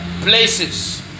places